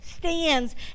Stands